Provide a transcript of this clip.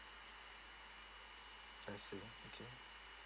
I see okay